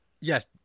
Yes